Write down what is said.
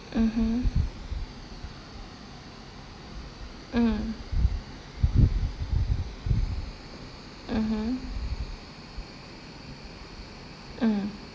mmhmm mm mmhmm mm